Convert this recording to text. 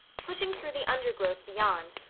pushing through the undergrowth beyond,